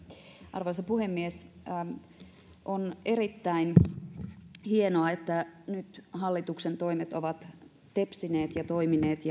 arvoisa puhemies on erittäin hienoa että nyt hallituksen toimet ovat tepsineet ja toimineet